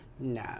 No